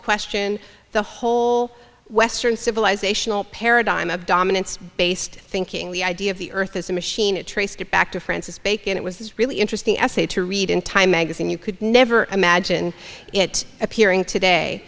question the whole western civilizational paradigm of dominance based thinking the idea of the earth as a machine traced it back to francis bacon it was really interesting essay to read in time magazine you could never imagine it appearing today